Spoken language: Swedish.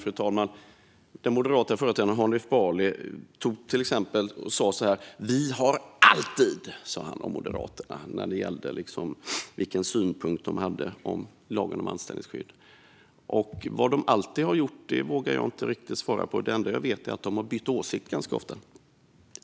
När det gäller Moderaternas syn på lagen om anställningsskydd sa den moderata företrädaren Hanif Bali till exempel: Vi har alltid . Vad de alltid har gjort vågar jag inte svara på, utan det enda jag vet är att de har bytt åsikt ganska ofta.